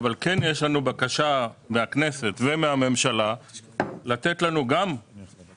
אבל כן יש לנו בקשה מהכנסת ומהממשלה לתת לנו גם חוק